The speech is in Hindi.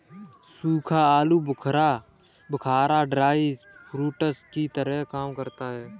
सूखा आलू बुखारा ड्राई फ्रूट्स की तरह काम करता है